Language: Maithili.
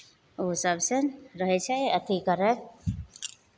ओ सभसँ रहै छै अथि करैत